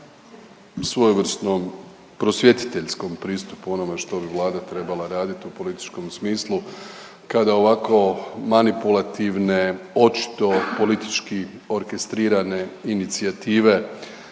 svojevrsnom prosvjetiteljskom pristupu o onome što bi Vlada trebala raditi u političkom smislu kada ovako manipulativne očito politički orkestrirane inicijative